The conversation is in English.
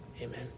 Amen